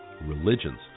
religions